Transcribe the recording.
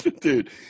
Dude